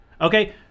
okay